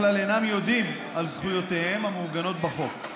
אינם יודעים על זכויותיהם המעוגנות בחוק.